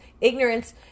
ignorance